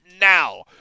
now